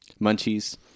munchies